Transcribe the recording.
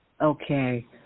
Okay